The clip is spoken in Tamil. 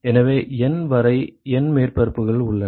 எனவே N வரை N மேற்பரப்புகள் உள்ளன